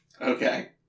Okay